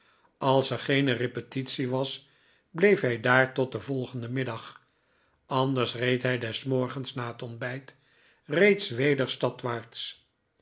als er geene repetitie was bleef hij daar tot den volgenden middag anders reed hij des morgens na het ontbijt reeds weder